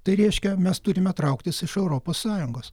tai reiškia mes turime trauktis iš europos sąjungos